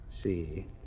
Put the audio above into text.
See